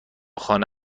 خانه